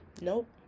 nope